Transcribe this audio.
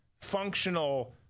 functional